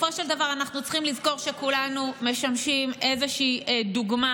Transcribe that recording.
בסופו של דבר אנחנו צריכים לזכור שכולנו משמשים איזושהי דוגמה,